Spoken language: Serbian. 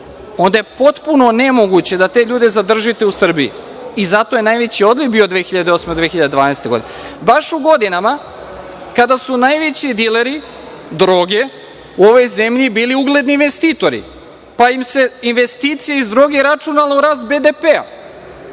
onda je potpuno nemoguće da te ljude zadržite u Srbiji i zato je najveći odliv bio od 2008. do 2012. godine. Baš u godinama kada su najveći dileri droge u ovoj zemlji bili ugledni investitori, pa im se investicije iz droge računale u rast BDP,